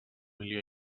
milió